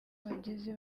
bageze